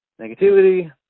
negativity